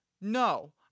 No